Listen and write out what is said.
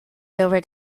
dover